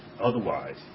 Otherwise